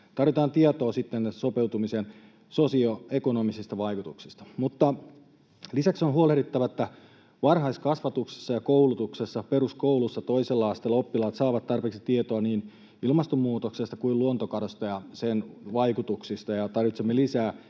tarvitaan tietoa näistä sopeutumisen sosioekonomisista vaikutuksista. Mutta lisäksi on huolehdittava, että varhaiskasvatuksessa ja koulutuksessa — peruskoulussa, toisella asteella — oppilaat saavat tarpeeksi tietoa niin ilmastonmuutoksesta kuin luontokadosta ja sen vaikutuksista, ja tarvitsemme lisää